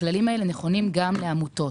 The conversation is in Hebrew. הכללים האלה נכונים גם לעמותות.